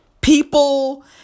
People